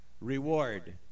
reward